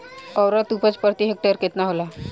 औसत उपज प्रति हेक्टेयर केतना होला?